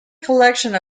collection